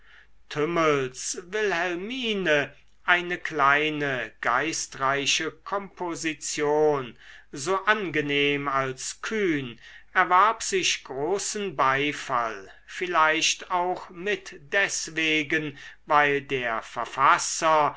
wilhelmine eine kleine geistreiche komposition so angenehm als kühn erwarb sich großen beifall vielleicht auch mit deswegen weil der verfasser